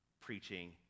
preaching